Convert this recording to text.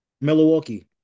Milwaukee